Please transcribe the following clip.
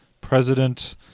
President